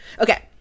okay